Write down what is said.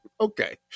okay